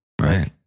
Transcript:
Right